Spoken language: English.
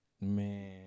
man